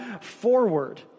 forward